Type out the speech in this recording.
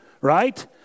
right